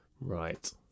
Right